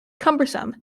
cumbersome